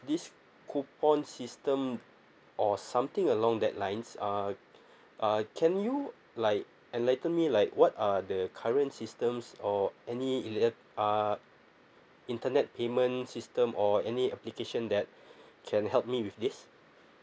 this coupon system or something along that lines uh uh can you like enlighten me like what are the current systems or any uh internet payment system or any application that can help me with this